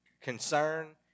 concern